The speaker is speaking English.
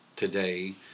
today